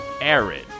Aaron